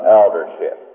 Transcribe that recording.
eldership